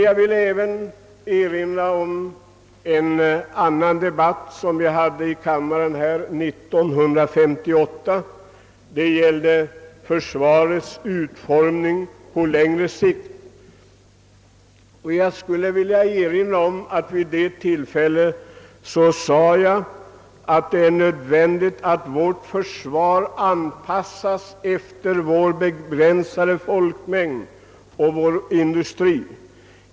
Jag vill även påminna om en annan debatt som vi hade i kammaren 1958. Det gällde försvarets utformning på längre sikt. Vid detta tillfälle sade jag att det är nödvändigt att vårt försvar anpassas efter vår begränsade folkmängd och vår industri.